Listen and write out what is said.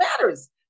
matters